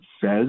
says